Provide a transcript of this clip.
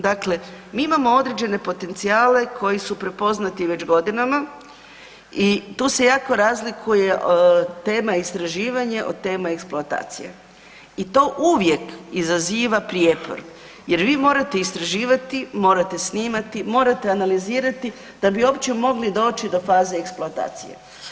Dakle, mi imamo određene potencijale koji su prepoznati već godinama i tu se jako razlikuje tema istraživanja od teme eksploatacije i to uvijek izaziva prijepor, jer vi morate istraživati, morate snimati, morate analizirati da bi uopće mogli doći do faze eksploatacije.